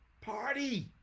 Party